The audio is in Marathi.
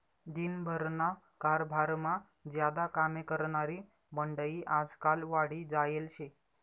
दिन भरना कारभारमा ज्यादा कामे करनारी मंडयी आजकाल वाढी जायेल शे